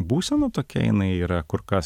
būsena tokia jinai yra kur kas